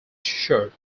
shirt